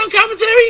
Commentary